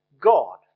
God